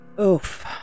Oof